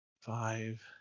five